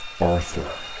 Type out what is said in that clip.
Arthur